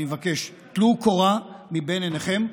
אני מבקש: טלו קורה מבין עיניכם.